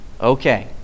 Okay